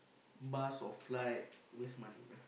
bus or flight waste money